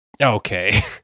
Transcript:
Okay